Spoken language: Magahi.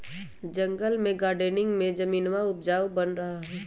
जंगल में गार्डनिंग में जमीनवा उपजाऊ बन रहा हई